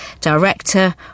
director